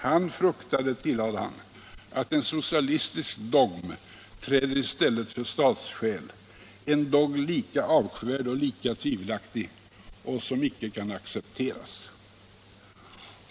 Han fruktade, tillade han, att en socialistisk dogm träder i stället för statsskäl, en dogm lika avskyvärd och lika tvivelaktig, och som inte kan accepteras.